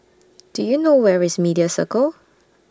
Do YOU know Where IS Media Circle